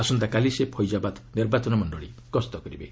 ଆସନ୍ତାକାଲି ସେ ଫୈଜାବାଦ୍ ନିର୍ବାଚନ ମଣ୍ଡଳୀ ଗସ୍ତ କରିବେ